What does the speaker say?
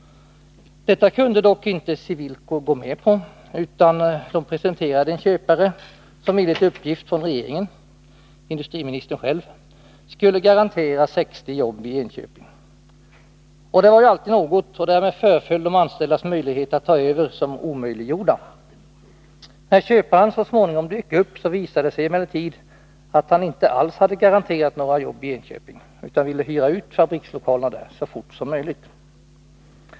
Detta kunde dock inte Cewilko gå med på, utan man presenterade en köpare som enligt uppgift från regeringen, från industriministern själv, skulle garantera 60 jobb i Enköping. Det var ju alltid något, och därmed föreföll de anställdas möjlighet att ta över som obefintlig. När köparen så småningom dök upp, visade det sig emellertid att han inte alls Nr 80 hade garanterat några jobb i Enköping, utan ville hyra ut fabrikslokalerna Måndagen den där så snart som möjligt.